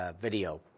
video